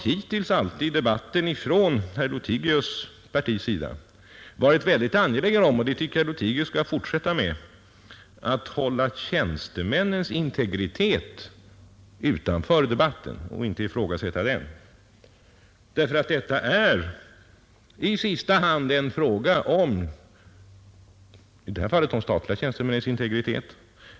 Hittills har man i debatten alltid från herr Lothigius” partis sida varit angelägen om — och det tycker jag att herr Lothigius skall fortsätta att vara — att hålla tjänstemännens integritet utanför debatten och inte ifrågasätta den. Detta är nämligen i sista hand en fråga om statliga tjänstemäns integritet.